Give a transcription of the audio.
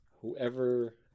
whoever